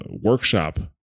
workshop